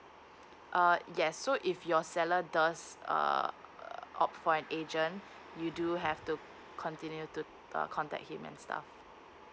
uh yes so if you're seller there's a err opt for an agent you do have to continue to err contact him and stuff